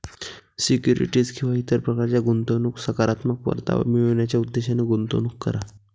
securities किंवा इतर प्रकारच्या गुंतवणुकीत सकारात्मक परतावा मिळवण्याच्या उद्देशाने गुंतवणूक करा